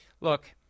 look